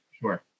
Sure